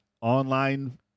online